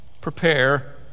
prepare